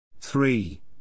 Three